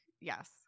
yes